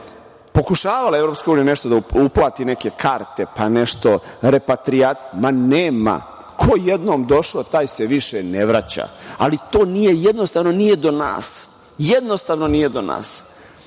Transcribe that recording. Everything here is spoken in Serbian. Pokušavala je EU nešto da uplati, neke karte, pa nešto repatrijat, ma nema. Ko je jednom došao, taj se više ne vraća. To nije jednostavno, nije do nas, jednostavno nije do nas.